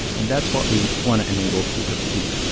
and that's what we want to enable people to do.